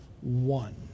one